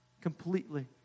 completely